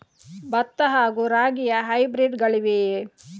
ಭತ್ತ ಹಾಗೂ ರಾಗಿಯ ಹೈಬ್ರಿಡ್ ಗಳಿವೆಯೇ?